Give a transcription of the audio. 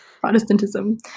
Protestantism